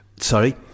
Sorry